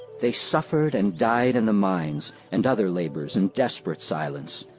they suffered and died in the mines and other labour's in desperate silence,